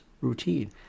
routine